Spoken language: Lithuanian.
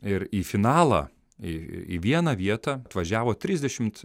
ir į finalą į į į vieną vietą atvažiavo trisdešimt